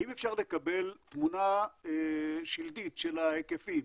האם אפשר לקבל תמונה שלדית של ההיקפים?